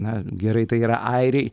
na gerai tai yra airiai